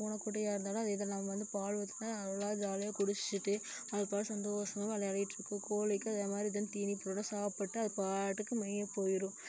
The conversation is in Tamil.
பூனை குட்டியாக இருந்தாலும் அதே தான் நம்ம வந்து பால் ஊத்துனால் அதுங்களா ஜாலியாக குடிச்சிட்டு அது பாட்டுக்கு சந்தோசமாக விளையாடிட்டு இருக்குது கோழிக்கு அதே மாதிரி தான் தீனி சாப்பிட்டு அதுபாட்டுக்கு மேய போய்விடும்